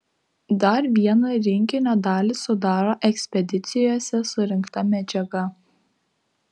dar vieną rinkinio dalį sudaro ekspedicijose surinkta medžiaga